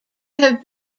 have